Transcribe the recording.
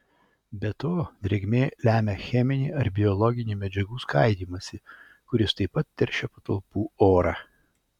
be to drėgmė lemia cheminį ar biologinį medžiagų skaidymąsi kuris taip pat teršia patalpų orą